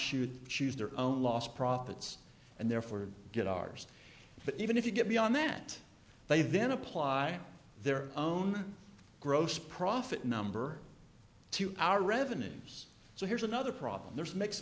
shoot choose their own lost profits and therefore get ours but even if you get beyond that they then apply their own gross profit number to our revenues so here's another problem there's mixed